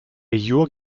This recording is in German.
jure